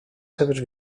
seves